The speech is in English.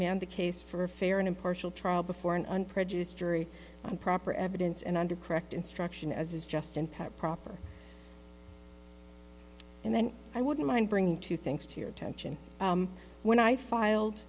the case for a fair and impartial trial before an unprejudiced jury on proper evidence and under correct instruction as is just and proper and then i wouldn't mind bringing two things to your attention when i filed